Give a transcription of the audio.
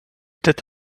that